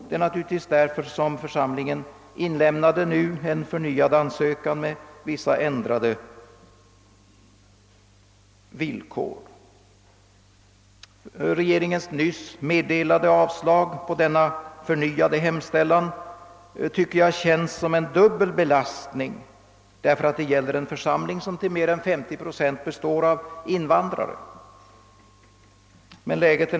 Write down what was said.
Det är naturligtvis därför församlingen nu inlämnat en förnyad ansökan med vissa ändrade villkor. Regeringens nyss meddelade avslag på denna förnyade hemställan tycker jag känns som en dubbel belastning, därför att det gäller en församling som tili mer än 50 procent består av invandrare.